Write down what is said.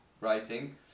writing